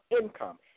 income